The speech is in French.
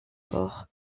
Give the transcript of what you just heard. port